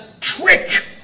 trick